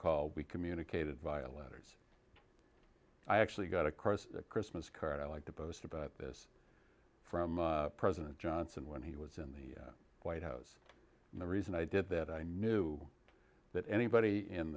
call we communicated via letters i actually got across a christmas card i like to boast about this from president johnson when he was in the white house and the reason i did that i knew that anybody in